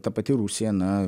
ta pati rusija na